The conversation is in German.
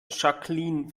jacqueline